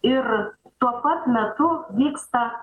ir tuo pat metu vyksta